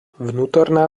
vnútorná